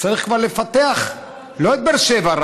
צריך כבר לפתח לא רק את באר שבע,